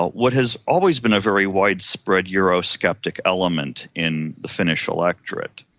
but what has always been a very widespread euro-sceptic element in the finnish electorate.